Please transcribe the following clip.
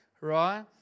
right